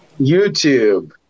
YouTube